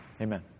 Amen